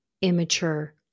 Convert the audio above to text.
immature